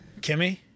kimmy